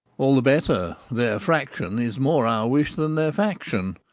all the better their fraction is more our wish than their faction.